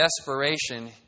desperation